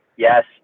Yes